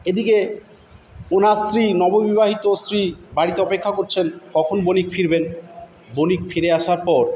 এদিকে ওনার স্ত্রী নববিবাহিত স্ত্রী বাড়িতে অপেক্ষা করছেন কখন বণিক ফিরবেন বণিক ফিরে আসার পর